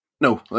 No